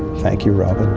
thank you, robyn.